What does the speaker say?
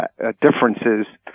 differences